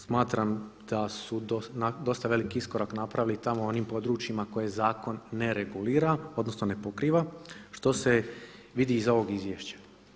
Smatram da su dosta veliki iskorak napravili u tamo onim područjima koje zakon ne regulira, odnosno ne pokriva što se vidi iz ovog izvješća.